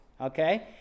okay